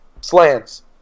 slants